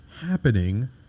happening